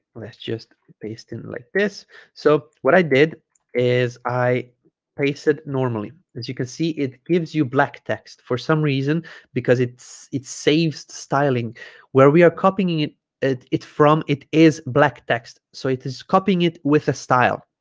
let's just paste in like this so what i did is i pasted normally as you can see it gives you black text for some reason because it's it saves styling where we are copying it it it from it is black text so it is copying it with a style